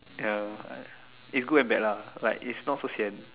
ya is good and bad lah like it's not so sian